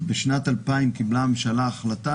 בשנת 2000 קיבלה הממשלה החלטה,